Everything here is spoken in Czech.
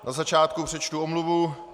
Na začátku přečtu omluvu.